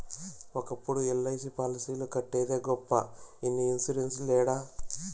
ఒకప్పుడు ఎల్.ఐ.సి పాలసీలు కట్టేదే గొప్ప ఇన్ని ఇన్సూరెన్స్ లేడ